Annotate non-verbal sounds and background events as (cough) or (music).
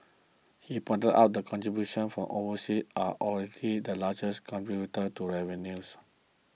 he pointed out that contributions from (unintelligible) are already the largest contributor to revenues